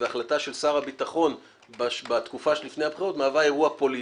והחלטה של שר הביטחון בתקופה שלפני הבחירות מהווה אירוע פוליטי.